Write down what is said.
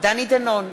דני דנון,